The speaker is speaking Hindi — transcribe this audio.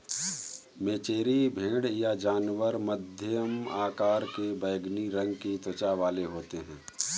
मेचेरी भेड़ ये जानवर मध्यम आकार के बैंगनी रंग की त्वचा वाले होते हैं